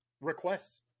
requests